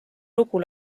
lugu